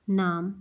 ਨਾਮ